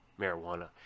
marijuana